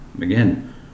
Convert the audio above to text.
again